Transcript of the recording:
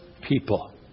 people